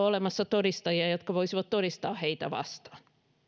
olemassa todistajia jotka voisivat todistaa heitä vastaan